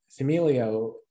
familio